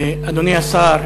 אדוני השר,